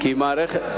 כי מערכת,